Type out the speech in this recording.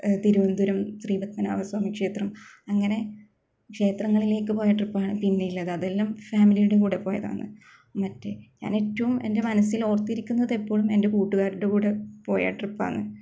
തിരുവനന്തപുരം ശ്രീപത്മനാഭസ്വാമിക്ഷേത്രം അങ്ങനെ ക്ഷേത്രങ്ങളിലേക്ക് പോയ ട്രിപ്പ് ആണ് പിന്നെ ഉള്ളത് അതെല്ലാം ഫാമിലിയുടെ കൂടെ പോയതാണ് മറ്റേ ഞാന് ഏറ്റവും എന്റെ മനസ്സില് ഓര്ത്തിരിക്കുന്നത് എപ്പോഴും എന്റെ കൂട്ടുകാരുടെ കൂടെ പോയ ട്രിപ്പ് ആണ്